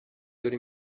داره